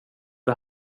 det